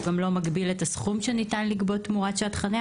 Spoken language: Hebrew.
גם לא מגביל את הסכום שניתן לגבות תמורת שעת חניה.